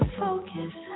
focus